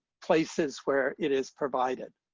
places where it is provided.